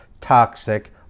toxic